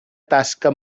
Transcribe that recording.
tasca